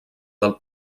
del